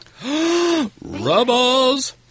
Rubbles